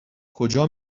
کجا